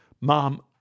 Mom